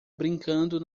brincando